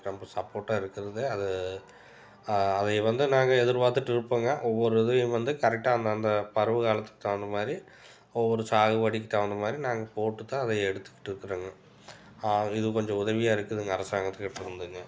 ரொம்ப சப்போட்டாக இருக்கிறது அது அதை வந்து நாங்கள் எதிர்பார்த்துட்டு இருப்பங்க ஒவ்வொரு இதையும் வந்து கரெக்டாக அந்த அந்த பருவகாலத்துக்கு தகுந்தமாதிரி ஒவ்வொரு சாகுபடிக்குத் தகுந்தமாதிரி நாங்கள் போட்டுத்தான் அதை எடுத்துக்கிட்டு இருக்குறங்க இதுக்கு கொஞ்சம் உதவியாக இருக்குதுங்க அரசாங்கத்துக்கிட்ட இருந்துங்க